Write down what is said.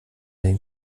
den